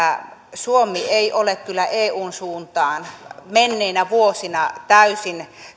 suomi ei ole kyllä eun suuntaan menneinä vuosina täysin